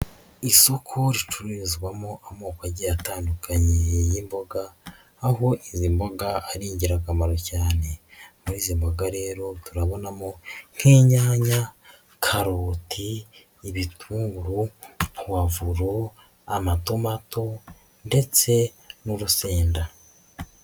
Isoko ricururizwamo amoko agiye atandukanye y'imboga aho izi mboga ari ingirakamaro cyane, muri izi mboga rero turabonamo nk'inyanya, karoti, ibitunguru, puwavuro, amatomato ndetse n'urusenda.